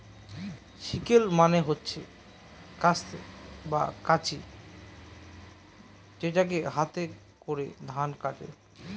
sickle মানে হচ্ছে কাস্তে বা কাঁচি যেটাকে হাতে করে ধান কাটে